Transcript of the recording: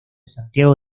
santiago